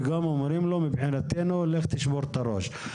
וגם אומרים לו: מבחינתנו לך תשבור את הראש.